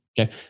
Okay